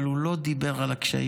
אבל הוא לא דיבר על הקשיים.